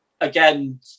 again